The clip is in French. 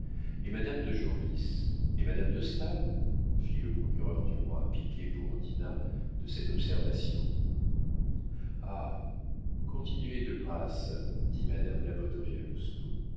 et madame de genlis et madame de staël fit le procureur du roi piqué pour dinah de cette observation ah continuez de grâce dit madame la